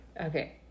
Okay